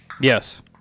Yes